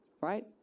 Right